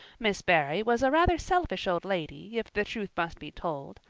miss barry was a rather selfish old lady, if the truth must be told,